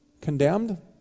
condemned